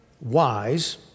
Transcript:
wise